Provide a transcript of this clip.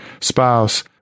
spouse